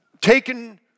taken